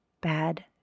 bad